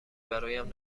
برایم